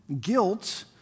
guilt